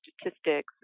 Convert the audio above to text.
statistics